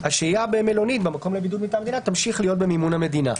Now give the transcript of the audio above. השהייה במלונית במקום לבידוד מטעם המדינה תמשיך להיות במימון המדינה.